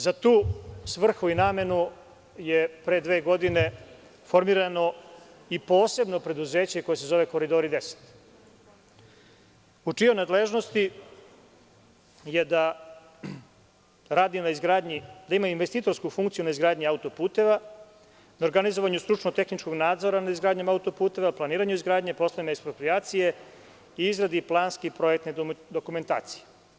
Za tu svrhu i namenu je pre dve godine formirano i posebno preduzeće koje se zove „Koridori 10“ u čijoj je nadležnosti da radi na izgradnji, da ima investitorsku funkciju na izgradnji auto-puteva, na organizovanju stručno-tehničkog nadzora nad izgradnjom auto-puteva, planiranju izgradnje, poslovne eksproprijacije, izradi planske i projektne dokumentacije.